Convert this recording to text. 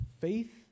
faith